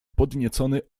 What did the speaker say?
podniecony